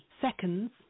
seconds